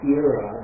era